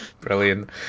Brilliant